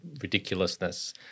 ridiculousness